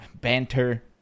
banter